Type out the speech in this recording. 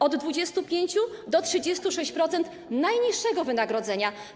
Od 25 do 36% najniższego wynagrodzenia.